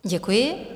Děkuji.